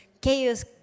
chaos